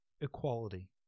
equality